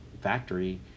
factory